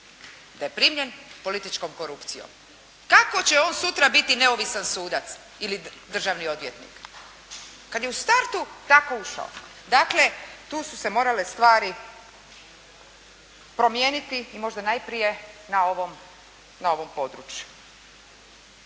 Da je primljen političkom korupcijom. Kako će on sutra biti neovisan sudac ili državni odvjetnik, kada je u startu tako ušao. Dakle, tu su se morale stvari promijeniti i možda najprije na ovom području.